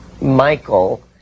michael